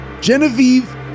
Genevieve